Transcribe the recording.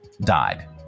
died